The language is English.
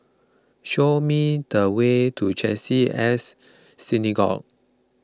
show me the way to Chesed E S Synagogue